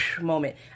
Moment